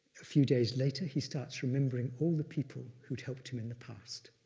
a few days later, he starts remembering all the people who'd helped him in the past.